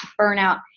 burnout,